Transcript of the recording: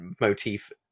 motif